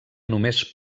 només